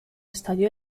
estalló